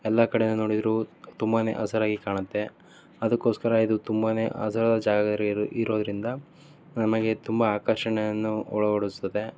ಎಲ್ಲ ಕಡೆ ನೋಡಿದರು ತುಂಬಾ ಹಸುರಾಗಿ ಕಾಣುತ್ತೆ ಅದಕ್ಕೋಸ್ಕರ ಇದು ತುಂಬಾ ಅದರ ಜಾಗ ಇರೋದರಿಂದ ನಮಗೆ ತುಂಬ ಆಕರ್ಷಣೆಯನ್ನು